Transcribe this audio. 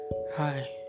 Hi